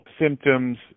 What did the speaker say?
symptoms